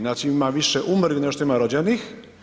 Znači ima više umrlih nego što ima rođenih.